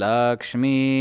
Lakshmi